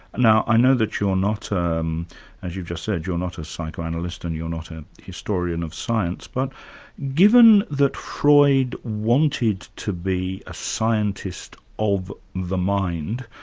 now, i know that you're not, um as you've just said, you're not a psychoanalyst and you're not a historian of science, but given that freud wanted to be a scientist of the mind,